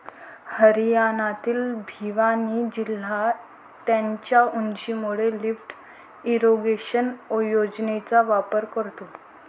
हरियाणातील भिवानी जिल्हा त्याच्या उंचीमुळे लिफ्ट इरिगेशन योजनेचा वापर करतो